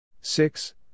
Six